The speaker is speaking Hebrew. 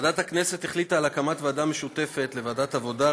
ועדת הכנסת החליטה על הקמת ועדה משותפת לוועדת העבודה,